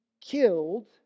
killed